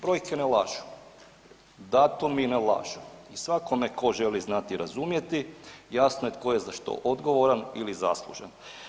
Brojke ne lažu, datumi ne lažu, svakome tko želi znati i razumjeti jasno je tko je za što odgovoran ili zaslužan.